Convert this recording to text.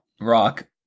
Rock